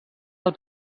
del